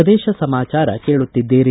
ಪ್ರದೇಶ ಸಮಾಚಾರ ಕೇಳುತ್ತಿದ್ದೀರಿ